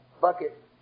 bucket